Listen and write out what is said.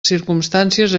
circumstàncies